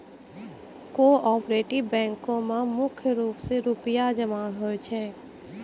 cooperative बैंको म मुख्य रूप से रूपया जमा होय छै